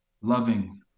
loving